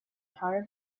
heart